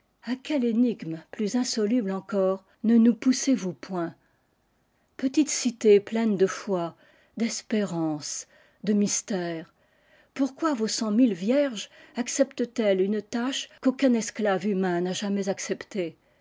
quelle énigme plus insoluble encore ne nous poussons point petite cité pleine de foi d'espérances mystères pourquoi vos cent mille vierges jeptent elles une tâche qu'aucun esclave main ix'a jamais acceptée